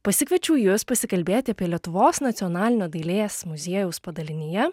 pasikviečiau jus pasikalbėti apie lietuvos nacionalinio dailės muziejaus padalinyje